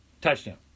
touchdown